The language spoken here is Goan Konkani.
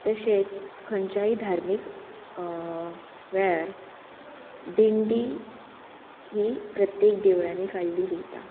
तशेंच खंयच्याय धार्मीक वेळार दिंडी ही प्रत्येक देवळांनी काडली वयता